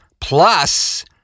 Plus